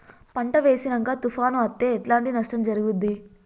పంట వేసినంక తుఫాను అత్తే ఎట్లాంటి నష్టం జరుగుద్ది?